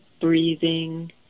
breathing